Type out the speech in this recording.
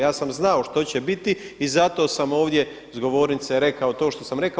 Ja sam znao što će biti i zato sam ovdje iz govornice rekao to što sam rekao.